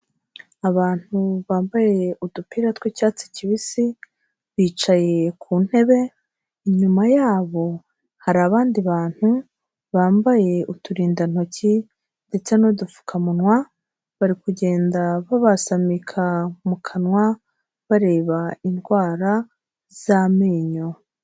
Abantu bambaye udupira tw'icyatsi kibisi, bicaye ku ntebe, inyuma yabo hari abandi bantu bambaye uturindantoki ndetse n'udupfukamunwa, bari kugenda babasamika mu kanwa, bareba indwara z'amenyo.